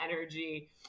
energy